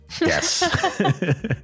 Yes